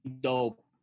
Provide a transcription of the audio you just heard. dope